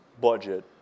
budget